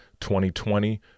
2020